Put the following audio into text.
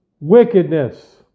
wickedness